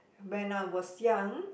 when I was young